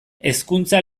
hezkuntza